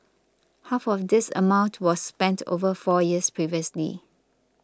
half of this amount was spent over four years previously